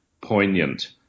poignant